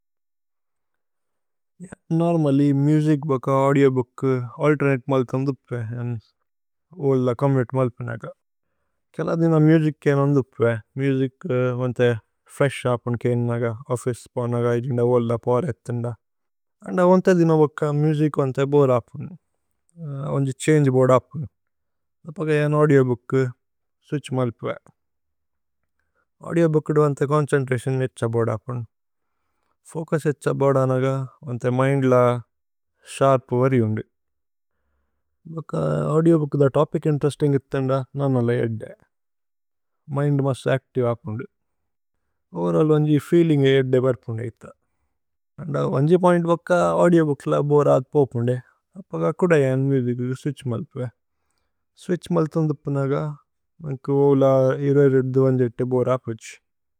Normally music ബക audiobook alternate മല്ത ഉന്ദുപേ। ഓല ചോമ്മുതേ മല്പേനേഗ। കേല ദിന മുജിക് കേനു ഉന്ദുപേ। മുജിക് വന്തേ ഫ്രേശ് ഹപുന് കേനു നേഗ। ഓഫിസ് പോനഗ, ഇദിന ഓല പോര ഏതിന്ദ। ഓന്ദ വന്തേ ദിന ബക മുജിക് വന്തേ ബോരേ ഹപുന്। ഓന്ഗി ഛന്ഗേ ബോദ ഹപുന്। അപക ഏന് ഔദിഓബൂക് സ്വിത്ഛ് മല്പേനേഗ। ഔദിഓബൂക്ദ് വന്തേ ചോന്ചേന്ത്രതിഓന് നേഛ ബോദ ഹപുന്। ഫോചുസ് ഏഛ ബോദ നഗ, വന്തേ മിന്ദ് ല ശര്പ് വരി ഉന്ദു। ഭക ഔദിഓബൂക്ദ തോപിച് ഇന്തേരേസ്തിന്ഗ് ഇത്ത ന്ദ, ന നല ഏദ്ദേ। മിന്ദ് മുസ്ത് അച്തിവേ ഹപുന്ദു। ഓവേരല്ല് വന്ജി ഫീലിന്ഗേ ഏദ്ദേ വര്പുന്ദേ ഇഥ। ഓന്ദ വന്ജി പോഇന്ത് ബക്ക ഔദിഓബൂക്ല ബോരേ ഹപുപുന്ദേ। അപക കുദ ഏന് മുജിക് സ്വിത്ഛ് മല്പേനേഗ। സ്വിത്ഛ് മല്ത ഉന്ദുപേ നഗ, വന്കു ഓല ഇരുപത് രണ്ട്-ഇരുപത് എട്ട് ബോരേ ഹപജ്।